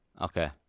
Okay